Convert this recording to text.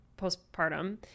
postpartum